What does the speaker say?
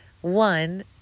One